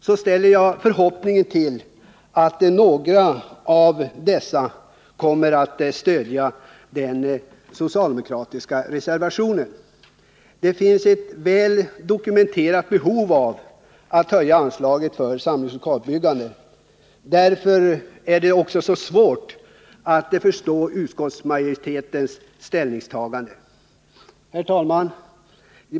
Jag hyser förhoppningen att några av dessa kommer att stödja den socialdemokratiska reservationen. Det finns ett väl dokumenterat behov av att höja anslagen till samlingslokalsbyggandet. Därför är det också så svårt att förstå utskottsmajoritetens ställningstagande. Herr talman!